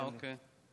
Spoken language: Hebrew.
אה, אוקיי.